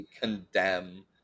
condemn